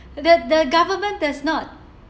the the government does not